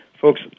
Folks